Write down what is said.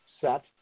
set